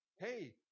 hey